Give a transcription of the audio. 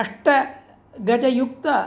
अष्टगजयुक्त